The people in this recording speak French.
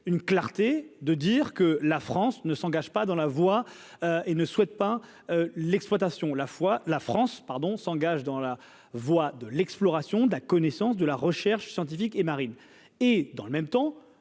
une clarté de dire que la France ne s'engage pas dans la voix et ne souhaite pas l'exploitation la fois la France pardon s'engage dans la voie de l'exploration de la connaissance de la recherche scientifique et Marine et dans le même temps,